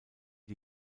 die